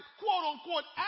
quote-unquote